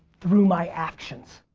through my actions.